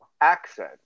accent